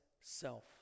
self